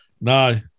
No